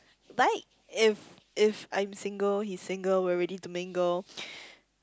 like if if I'm single his single we're ready to mingle